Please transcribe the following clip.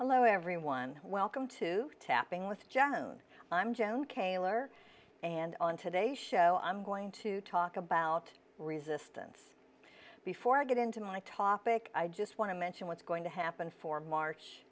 hello everyone welcome to tapping with john i'm joan kaylor and on today's show i'm going to talk about resistance before i get into my topic i just want to mention what's going to happen for march